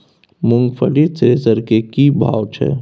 मूंगफली थ्रेसर के की भाव छै?